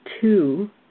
two